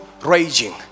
raging